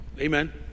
Amen